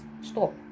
Stop